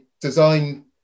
design